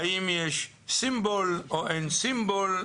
האם יש סימבול או אין סימבול?